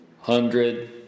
Hundred